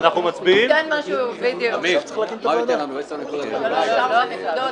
אני לא עובדת עכשיו,